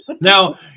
Now